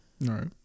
right